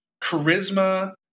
charisma